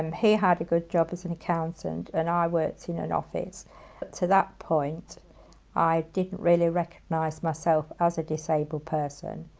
um he had a good job as an accountant and i worked in an office, and up to that point i didn't really recognise myself as a disabled person.